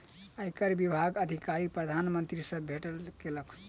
आयकर विभागक अधिकारी प्रधान मंत्री सॅ भेट केलक